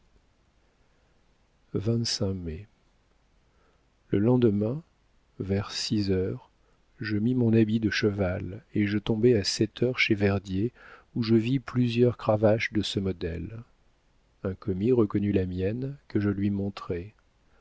mai le lendemain vers six heures je mis mon habit de cheval et je tombai à sept heures chez verdier où je vis plusieurs cravaches de ce modèle un commis reconnut la mienne que je lui montrai